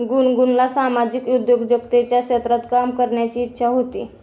गुनगुनला सामाजिक उद्योजकतेच्या क्षेत्रात काम करण्याची इच्छा होती